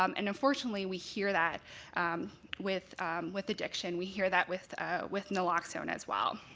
um and unfortunately we hear that with with addiction. we hear that with ah with naloxone as well.